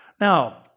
Now